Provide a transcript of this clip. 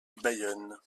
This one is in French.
bayonne